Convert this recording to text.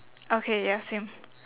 okay ya same